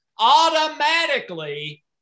automatically